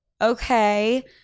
Okay